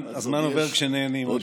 הזמן עובר כשנהנים, היושב-ראש.